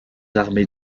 armées